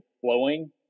flowing